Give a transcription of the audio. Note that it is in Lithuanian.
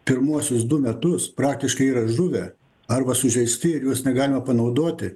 pirmuosius du metus praktiškai yra žuvę arba sužeisti ir juos negalima panaudoti